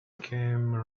came